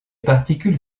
particules